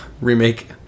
remake